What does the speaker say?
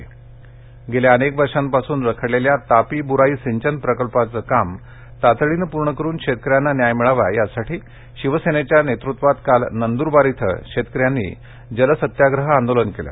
नंदुरबार गेल्या अनेक वर्षांपासून रखडलेल्या तापी बुराई सिंचन प्रकल्पाचं काम तातडीने पूर्ण करुन शेतकऱ्यांना न्याय मिळावा यासाठी शिवसनेनेच्या नेतृत्वात काल नंदुरबार इथं शेतकऱ्यांनी जलसत्याग्रह आंदोलन केलं